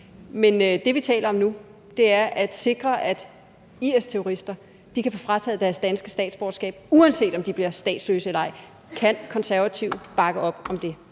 Men det, vi taler om nu, er at sikre, at IS-terrorister kan få frataget deres danske statsborgerskab, uanset om de bliver statsløse eller ej. Kan Konservative bakke op om det?